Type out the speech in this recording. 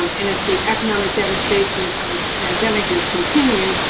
um and as the economic devastation of this pandemic is continuing,